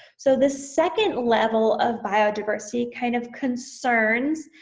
so the second level of biodiversity kind of concerns